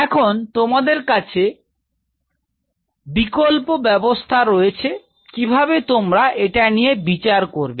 এখন তোমাদের কাছে বিকল্প ব্যবস্থা রয়েছে কিভাবে তোমরা এটা নিয়ে বিচার করবে